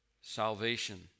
salvation